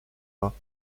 pas